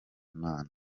imana